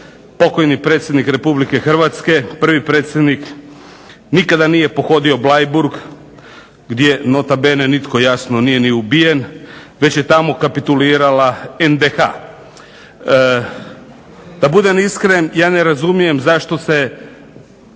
pokojni predsjednik Republike Hrvatske, prvi predsjednik nikada nije pohodio Bleiburg gdje nota bene nitko nije ubijen, već je tamo kapitulirala NDH. Da budem iskren ja ne razumijem zašto se,